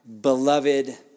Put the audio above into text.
beloved